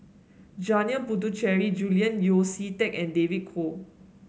Janil Puthucheary Julian Yeo See Teck and David Kwo